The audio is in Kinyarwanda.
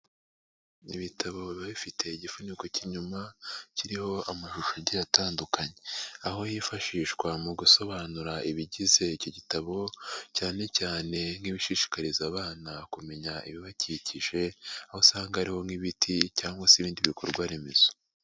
Ibitabo biba bifite igifuniko cy'inyuma kiriho amashusho agiye atandukanye, aho yifashishwa mu gusobanura ibigize iki gitabo, cyane cyane nk'ibishishikariza abana kumenya ibibakikije, aho usanga ariho nk'ibiti cyangwa se ibindi bikorwaremezo.